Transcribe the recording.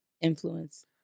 influence